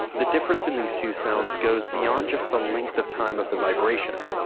the differences in these two sounds goes beyond just the length of time of the vibration.